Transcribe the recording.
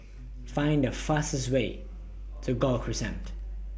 Find The fastest Way to Gul Crescent